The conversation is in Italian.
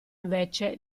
invece